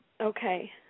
Okay